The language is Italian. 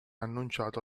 annunciato